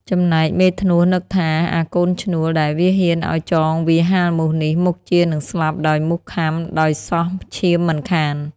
ចំណែកមេធ្នស់នឹកថា អាកូនឈ្នួល ដែលវាហ៊ានឲ្យចងវាហាលមូសនេះ មុខជានឹងស្លាប់ដោយមូសខាំ ដោយសោះឈាមមិនខាន។